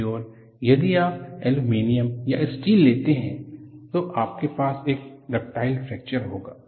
दूसरी ओर यदि आप एल्यूमीनियम या स्टील लेते हैं तो आपके पास एक डक्टाइल फ्रैक्चर होगा